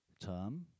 term